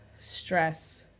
stress